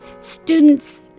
students